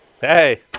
hey